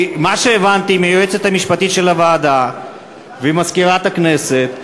מה שהבנתי מהיועצת המשפטית של הוועדה וממזכירת הכנסת,